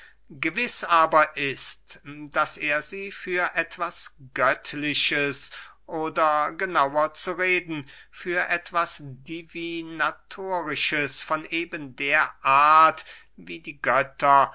gewiß aber ist daß er sie für etwas göttliches hält oder genauer zu reden für etwas divinatorisches von eben der art wie die götter